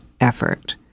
effort